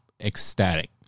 ecstatic